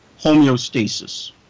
homeostasis